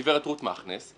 הגברת רות מכנס,